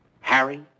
Harry